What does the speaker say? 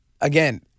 again